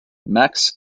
max